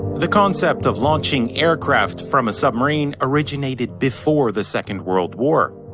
the concept of launching aircraft from a submarine originated before the second world war.